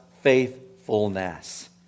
faithfulness